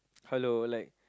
hello like